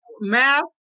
mask